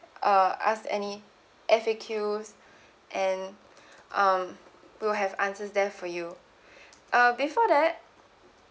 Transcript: uh ask any F_A_Q and um we'll have answers there for you uh before that